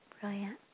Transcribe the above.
Brilliant